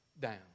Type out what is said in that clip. down